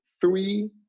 three